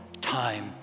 time